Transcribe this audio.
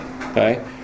okay